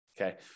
Okay